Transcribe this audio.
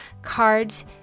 cards